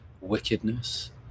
wickedness